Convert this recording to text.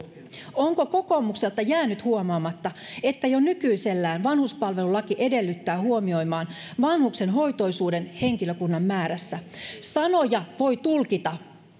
onko kokoomukselta jäänyt huomaamatta että jo nykyisellään vanhuspalvelulaki edellyttää huomioimaan vanhuksen hoitoisuuden henkilökunnan määrässä sanoja voi tulkita